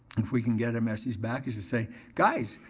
if we can get a message back, is to say, guys,